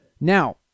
Now